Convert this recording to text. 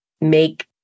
make